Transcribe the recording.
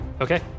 Okay